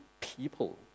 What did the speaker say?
people